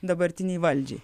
dabartinei valdžiai